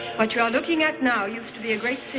but you are looking at now used to be a great